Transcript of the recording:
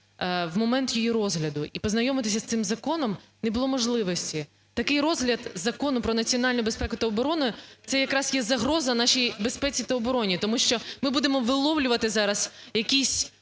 в момент її розгляду, і познайомитися з цим законом не було можливості. Такий розгляд Закону про національну безпеку та оборону – це якраз є загроза нашій безпеці та обороні. Тому що ми будемо виловлювати зараз якісь,